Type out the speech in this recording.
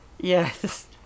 Yes